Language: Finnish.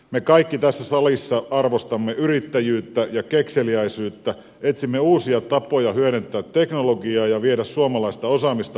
me kaikki tässä salissa arvostamme yrittäjyyttä ja kekseliäisyyttä etsimme uusia tapoja hyödyntää teknologiaa ja viedä suomalaista osaamista maailmalle